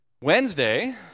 Wednesday